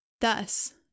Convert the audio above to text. Thus